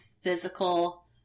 physical